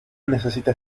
necesita